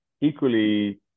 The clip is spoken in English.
equally